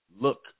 look